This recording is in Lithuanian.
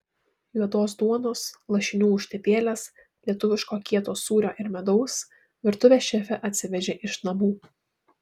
juodos duonos lašinių užtepėlės lietuviško kieto sūrio ir medaus virtuvės šefė atsivežė iš namų